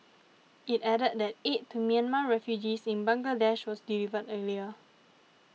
it added that aid to Myanmar refugees in Bangladesh was delivered earlier